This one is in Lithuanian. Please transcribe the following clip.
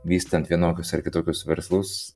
vystant vienokius ar kitokius verslus